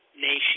nation